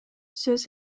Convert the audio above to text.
сөз